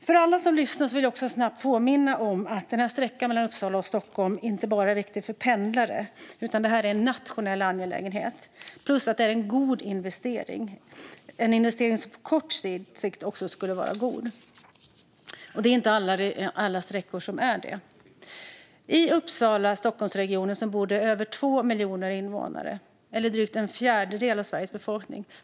För alla som lyssnar vill jag också påminna om att sträckan mellan Uppsala och Stockholm inte bara är viktig för pendlare utan är en nationell angelägenhet, plus att det här är en god investering. Det skulle vara en god investering också på kort sikt, och det är det inte alla sträckor som är. I Uppsala-Stockholmsregionen bor det över 2 miljoner invånare eller drygt en fjärdedel av Sveriges befolkning.